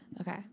Okay